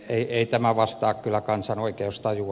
ei tämä vastaa kyllä kansan oikeustajua